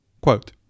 Quote